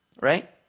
Right